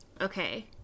Okay